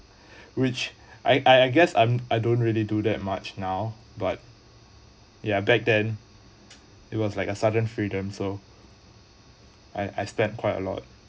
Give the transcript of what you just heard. which I I guess I'm I don't really do that much now but ya back then it was like a sudden freedom so I I spend quite a lot